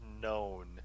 known